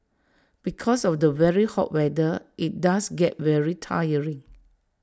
because of the very hot weather IT does get very tiring